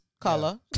color